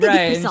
Right